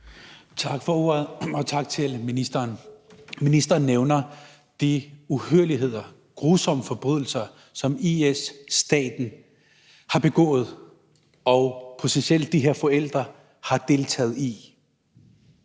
Tak for ordet. Og tak til ministeren. Ministeren nævner de uhyrligheder og grusomme forbrydelser, som IS-staten har begået og de her forældre potentielt har deltaget i.